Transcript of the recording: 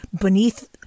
beneath